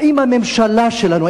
האם הממשלה שלנו,